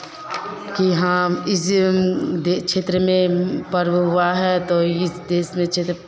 कि हाँ इस दे क्षेत्र में पर्व हुआ है तो इस देश में अच्छे से